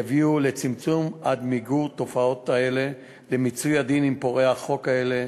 יביאו לצמצום עד מיגור התופעות האלה ולמיצוי הדין עם פורעי החוק האלה.